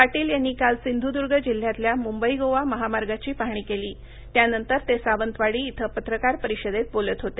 पाटील यांनी काल सिंधूदुर्ग जिल्ह्यातल्या मुंबई गोवा महामार्गाची पाहणी केली त्यांनतर ते सावंतवाडी शिं पत्रकार परिषदेत बोलत होते